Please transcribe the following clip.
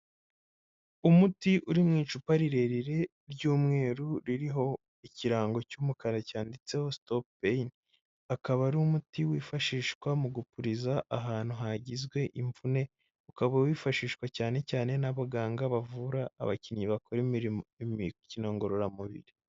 Umuti uri mu icupa rirerire ry'umweru, ririho ikirango cy'umukara cyanditseho sitopu peyini, akaba ari umuti wifashishwa mu gupuriza ahantu hagizwe imvune, ukaba wifashishwa cyane cyane n'abaganga bavura abakinnyi bakora imikino ngororamubiri.